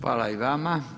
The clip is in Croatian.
Hvala i vama.